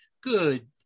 Good